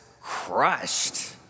crushed